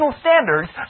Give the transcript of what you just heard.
standards